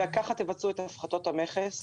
וכך תבצעו את הפחתות המכס.